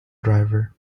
driver